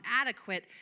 adequate